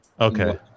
Okay